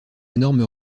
énorme